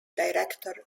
director